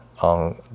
on